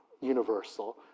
universal